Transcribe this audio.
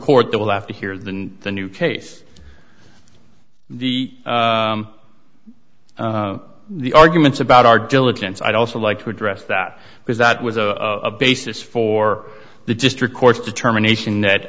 court that will have to hear than the new case the the arguments about our diligence i'd also like to address that because that was a basis for the district court's determination that